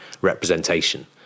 representation